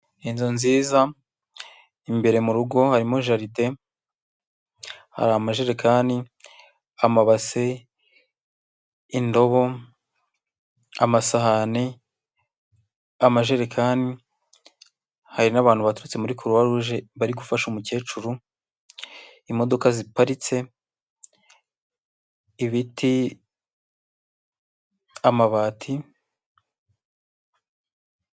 Inzu nziza, imbere mu rugo harimo jaride, hari amajerekani, amabase, indobo, amasahani, amajerekani, hari n'abantu baturutse muri kuruwa ruje bari gufasha umukecuru, imodoka ziparitse, ibiti, amabati.